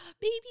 baby